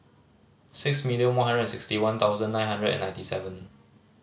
six million one hundred and sixty one thousand nine hundred and ninety seven